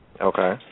Okay